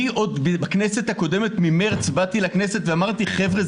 אני עוד בכנסת הקודמת ממרץ באתי לכנסת ואמרתי: חבר'ה,